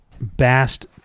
Bast